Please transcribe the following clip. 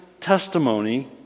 testimony